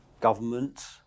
government